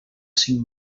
cinc